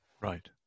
Right